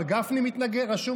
אבל אני חשבתי שאתה מתנגד,